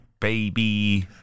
baby